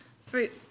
fruit